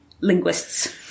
linguists